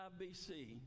BC